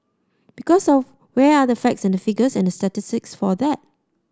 because of where are the facts and the figures and statistics for that